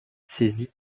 saisit